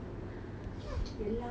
எல்லாமே:ellaame like